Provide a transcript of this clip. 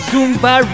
Zumba